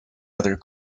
other